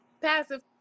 Passive